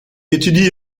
étudie